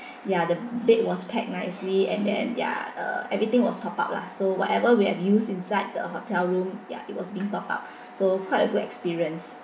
ya the bed was packed nicely and then ya uh everything was top up lah so whatever we have used inside the hotel room ya it was being top up so quite a good experience